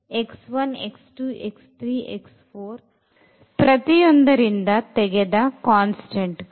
x 1 x 2 x 3 x 4 ಪ್ರತಿಯೊಂದ ರಿಂದ ತೆಗೆದ constant ಗಳು